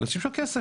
לשים שם כסף.